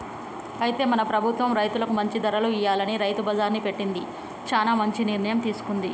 అయితే మన ప్రభుత్వం రైతులకు మంచి ధరలు ఇయ్యాలని రైతు బజార్ని పెట్టింది చానా మంచి నిర్ణయం తీసుకుంది